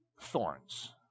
thorns